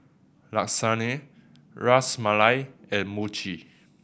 Lasagne Ras Malai and Mochi